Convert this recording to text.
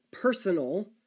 personal